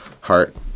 heart